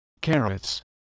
carrots